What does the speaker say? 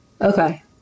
Okay